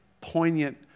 poignant